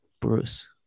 Bruce